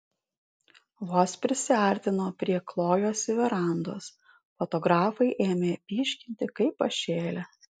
vos prisiartino prie klojosi verandos fotografai ėmė pyškinti kaip pašėlę